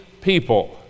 people